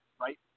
Right